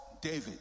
David